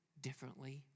differently